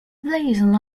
blazon